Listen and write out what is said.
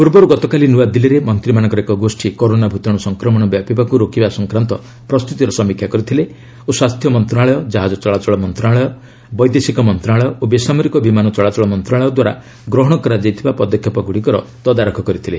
ପୂର୍ବରୁ ଗତକାଲି ନ୍ତଆଦିଲ୍ଲୀରେ ମନ୍ତ୍ରୀମାନଙ୍କର ଏକ ଗୋଷ୍ଠୀ କରୋନା ଭ୍ରତାଣୁ ସଂକ୍ରମଣ ବ୍ୟାପିବାକୁ ରୋକିବା ସଂକ୍ରାନ୍ତ ପ୍ରସ୍ତୁତିର ସମୀକ୍ଷା କରିଥିଲେ ଓ ସ୍ୱାସ୍ଥ୍ୟ ମନ୍ତ୍ରଣାଳୟ କାହାଜ ଚଳାଚଳ ମନ୍ତ୍ରଣାଳୟ ବୈଦେଶିକ ମନ୍ତ୍ରଣାଳୟ ଓ ବେସାମରିକ ବିମାନ ଚଳାଚଳ ମନ୍ତ୍ରଣାଳୟ ଦ୍ୱାରା ଗ୍ରହଣ କରାଯାଇଥିବା ପଦକ୍ଷେପଗ୍ରଡ଼ିକର ତଦାରଖ କରିଥିଲେ